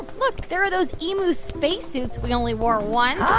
look, there are those emu spacesuits we only wore once. oh,